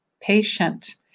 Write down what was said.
patient